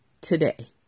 today